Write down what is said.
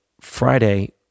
Friday